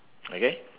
okay